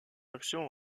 action